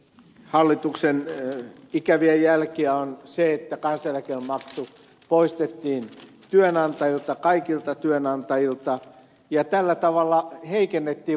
hallituksen ikäviä jälkiä on se että kansaneläkemaksu poistettiin työnantajilta kaikilta työnantajilta ja tällä tavalla heikennettiin vakuutuspohjaa ja rahoituspohjaa